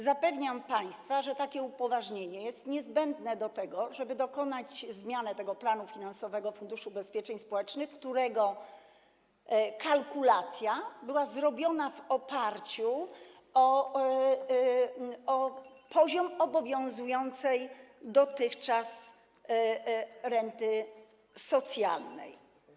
Zapewniam państwa, że takie upoważnienie jest niezbędne, żeby dokonać zmiany tego planu finansowego Funduszu Ubezpieczeń Społecznych, którego kalkulacja była zrobiona w oparciu o poziom obowiązującej dotychczas renty socjalnej.